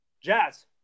Jazz